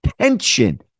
tension